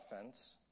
offense